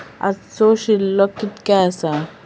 आजचो शिल्लक कीतक्या आसा?